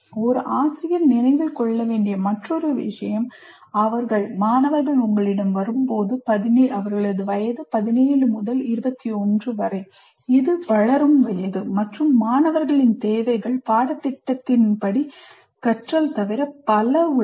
ஒரு ஆசிரியர் நினைவில் கொள்ள வேண்டிய மற்றொரு விஷயம் அவர்கள் உங்களிடம் வரும் வயது 17 முதல் 21 வரை இது வளரும் வயது மற்றும் மாணவர்களின் தேவைகள் பாடத்திட்டத்தின் படி கற்றல் தவிர பல உள்ளன